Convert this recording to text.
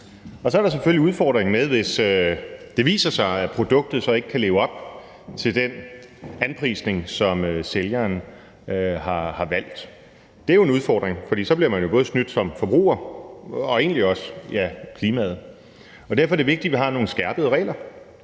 Så er der selvfølgelig udfordringen med, hvis det viser sig, at produktet ikke kan leve op til den anprisning, som sælgeren har valgt. Det er jo en udfordring, for så bliver både forbrugeren og egentlig også klimaet snydt. Derfor er det vigtigt, at vi har nogle skærpede regler,